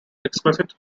explicit